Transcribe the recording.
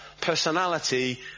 personality